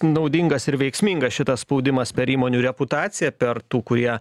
naudingas ir veiksmingas šitas spaudimas per įmonių reputaciją per tų kurie